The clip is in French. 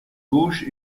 gauche